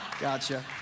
Gotcha